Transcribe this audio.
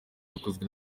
yakozwe